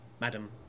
madam